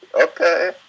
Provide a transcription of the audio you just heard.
Okay